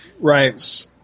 right